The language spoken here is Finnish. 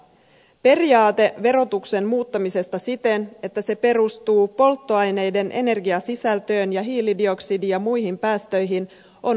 periaate verotuksen muuttamisesta siten että se perustuu polttoaineiden energiasisältöön ja hiilidioksidi ja muihin päästöihin on oikea